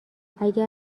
اگر